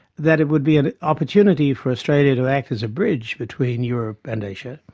that it would be an opportunity for australia to act as a bridge between europe and asia,